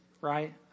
right